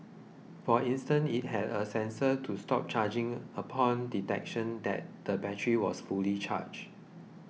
for instance it had a sensor to stop charging upon detection that the battery was fully charged